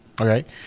okay